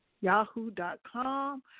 Yahoo.com